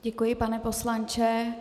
Děkuji, pane poslanče.